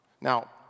Now